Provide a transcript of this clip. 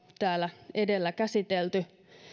täällä edellä käsitelty